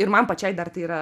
ir man pačiai dar tai yra